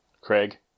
Craig